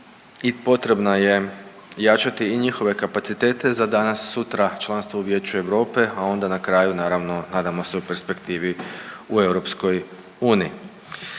i potrebna je jačati i njihove kapacitete za danas sutra članstvo u Vijeću Europe, a onda na kraju naravno, nadamo se u perspektivi u Europskoj uniji.